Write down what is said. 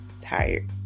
tired